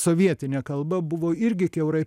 sovietinė kalba buvo irgi kiaurai